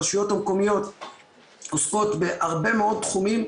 הרשויות המקומיות עוסקות בהרבה מאוד תחומים,